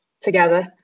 together